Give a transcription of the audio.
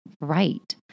right